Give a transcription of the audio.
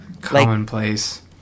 commonplace